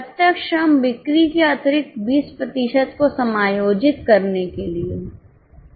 प्रत्यक्ष श्रम बिक्री के अतिरिक्त 20 प्रतिशत को समायोजित करने के लिए है